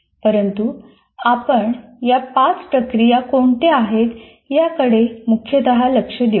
परंतु आपण या पाच प्रक्रिया कोणत्या आहेत याकडे मुख्यत लक्ष देऊ